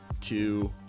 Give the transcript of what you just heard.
two